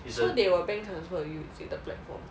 so they will bank transfer to you is it the platform